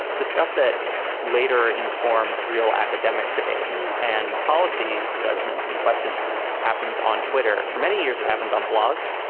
the stuff that later informs real academic debates and policy judgments and questions happens on twitter for many years. it happened on blogs.